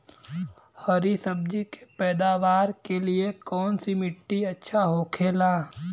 हरी सब्जी के पैदावार के लिए कौन सी मिट्टी अच्छा होखेला?